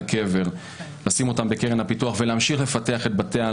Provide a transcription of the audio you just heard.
הקבר ולשים אותם בקרן הפיתוח ולהמשיך לפתח את בתי העלמין.